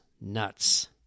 nuts